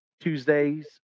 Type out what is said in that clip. tuesday's